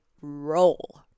roll